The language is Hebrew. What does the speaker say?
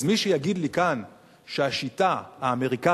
אז מי שיגיד לי כאן שהשיטה האמריקנית,